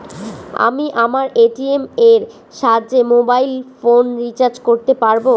আমি আমার এ.টি.এম এর সাহায্যে মোবাইল ফোন রিচার্জ করতে পারব?